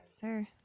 sir